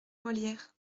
molière